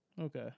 okay